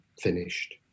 finished